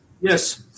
Yes